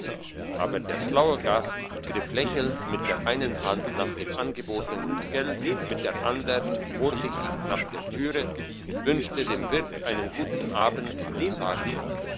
aber der schlaue gast griff lächelnd mit der einen hand nach dem angebotenen geld mit der andern vorsichtig nach der türe wünschte dem wirt einen guten abend und sagte